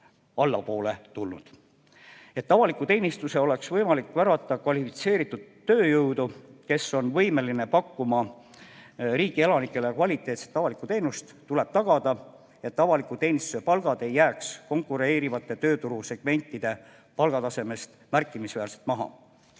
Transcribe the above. avalikku teenistusse oleks võimalik värvata kvalifitseeritud tööjõudu, kes on võimeline pakkuma riigi elanikele kvaliteetset avalikku teenust, tuleb tagada, et avaliku teenistuse palgad ei jääks konkureerivate tööturusegmentide palgatasemest märkimisväärselt maha.